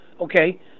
Okay